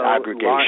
aggregation